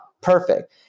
perfect